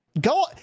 Go